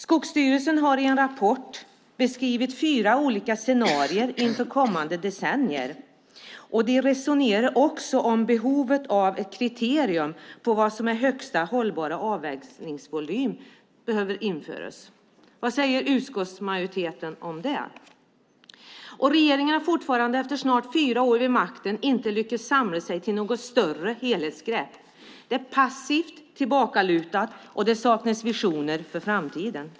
Skogsstyrelsen har i en rapport beskrivit fyra olika scenarier inför kommande decennier, och de resonerar också om att ett kriterium för vad som är högsta hållbara avverkningsvolym behöver införas. Vad säger utskottsmajoriteten om det? Regeringen har fortfarande, efter snart fyra år vid makten, inte lyckats samla sig till något större helhetsgrepp. Det är passivt, tillbakalutat och det saknas visioner för framtiden.